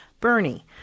Bernie